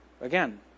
again